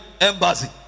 embassy